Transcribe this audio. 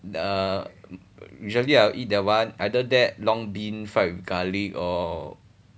uh usually I'll eat that one either that long been fried with garlic or